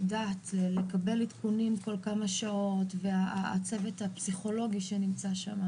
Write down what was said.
לקבל עדכונים כל כמה שעות והצוות הפסיכולוגי שנמצא שם,